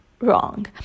wrong